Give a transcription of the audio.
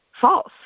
false